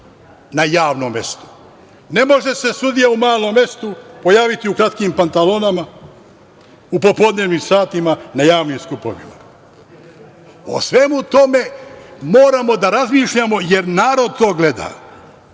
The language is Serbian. na javnom mestu. Ne može se sudija u malom mestu pojaviti u kratkim pantalonama u popodnevnim satima na javnim skupovima. O svemu tome moramo da razmišljamo jer narod to gleda.S